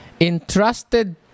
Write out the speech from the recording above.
entrusted